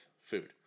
food